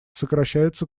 сокращаются